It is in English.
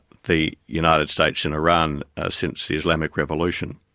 the united states and iran since the islamic revolution.